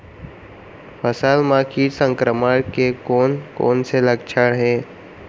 फसल म किट संक्रमण के कोन कोन से लक्षण हे?